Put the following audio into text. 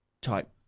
type